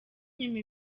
nyuma